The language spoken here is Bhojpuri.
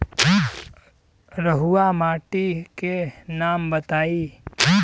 रहुआ माटी के नाम बताई?